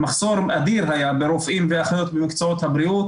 היה מחסור אדיר ברופאים ואחיות במקצועות הבריאות,